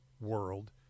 world